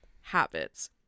habits